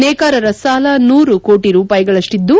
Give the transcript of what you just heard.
ನೇಕಾರರ ಸಾಲ ನೂರು ಕೋಟ ರೂಪಾಯಿಗಳಷಿದ್ದು